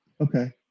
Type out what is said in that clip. Okay